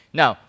now